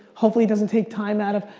hopefully it doesn't take time out of,